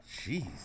Jeez